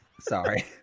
Sorry